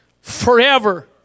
forever